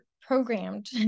programmed